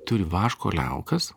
turi vaško liaukas